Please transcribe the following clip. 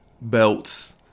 belts